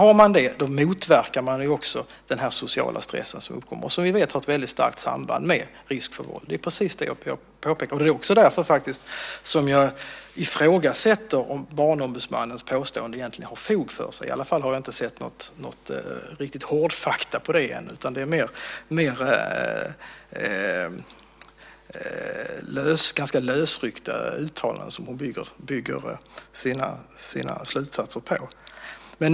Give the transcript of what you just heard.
Är man trygg motverkas också den sociala stressen, som vi vet har ett starkt samband med risk för våld. Det är precis det jag påpekade. Det är också därför jag ifrågasätter om Barnombudsmannens påstående har fog för sig. I alla fall har jag inte sett hårdfakta på detta ännu. Det är lösryckta uttalanden som hon bygger sina slutsatser på.